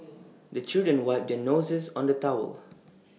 the children wipe their noses on the towel